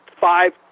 five